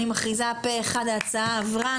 הצבעה בעד אני מכריזה פה אחד, ההצעה עברה.